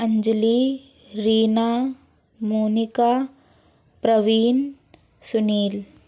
Anjali Reena Monika Praveen Sunil